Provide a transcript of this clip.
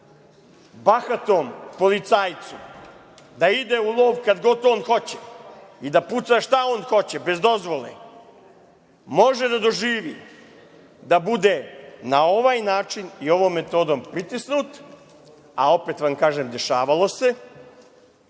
bahatom policajcu da ide u lov kad god on hoće i da puca šta on hoće, bez dozvole, može da doživi da bude na ovaj način i ovom metodom pritisnut, a opet vam kažem dešavalo se